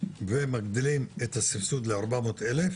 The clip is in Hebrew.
ומגדילים את הסבסוד ל-400 אלף